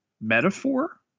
metaphor